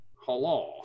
Hello